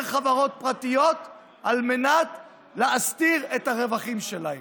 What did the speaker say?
חברות פרטיות כדי להסתיר את הרווחים שלהן.